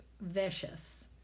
vicious